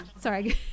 sorry